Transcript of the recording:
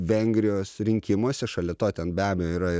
vengrijos rinkimuose šalia to ten be abejo yra ir